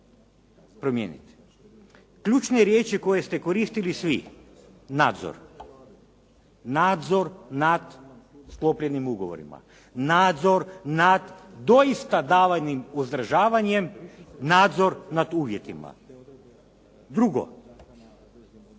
promijeniti. Ključne riječi koje ste koristili svi, nadzor, nadzor nad sklopljenim ugovorima, nadzor nad doista ../Govornik se ne razumije./… uzdržavanjem, nadzor nad uvjetima. Drugo,